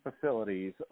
facilities